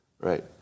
Right